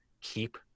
keep